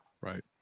Right